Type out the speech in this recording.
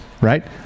right